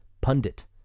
pundit